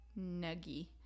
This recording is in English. nuggy